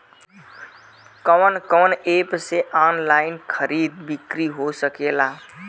कवन कवन एप से ऑनलाइन खरीद बिक्री हो सकेला?